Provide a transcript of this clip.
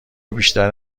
بیشتر